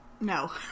No